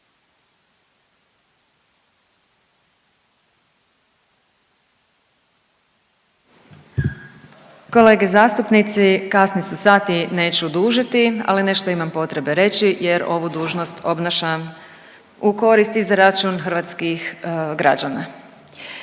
Kolege zastupnici, kasni su sati, neću dužiti ali nešto imam potrebe reći jer ovu dužnost obnašam u korist i za račun hrvatskih građana.